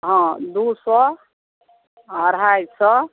हँ दू सओ अढ़ाइ सओ